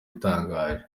itangaje